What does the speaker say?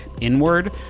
inward